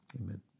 Amen